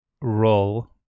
roll